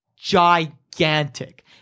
gigantic